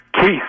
Keith